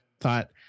thought